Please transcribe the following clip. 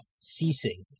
ceasing